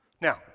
Now